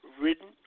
written